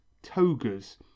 togas